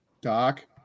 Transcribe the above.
Doc